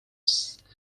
sicily